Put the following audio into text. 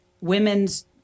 women's